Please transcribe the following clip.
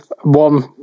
one